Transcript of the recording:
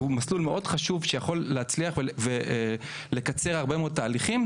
שהוא מסלול מאוד חשוב שיכול להצליח ולקצר הרבה מאוד תהליכים,